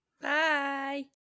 Bye